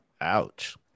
Ouch